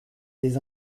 des